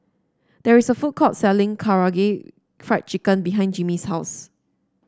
there is a food court selling Karaage Fried Chicken behind Jimmy's house